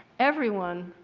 everyone,